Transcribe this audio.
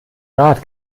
rat